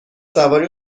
سواری